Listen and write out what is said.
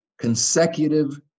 consecutive